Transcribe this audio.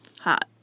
Hot